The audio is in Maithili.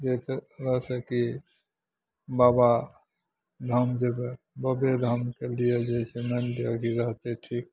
एक वैसे की बाबा धाम जेबै बबेधामके लिए जे छै मानि लिअ रहतै ठीक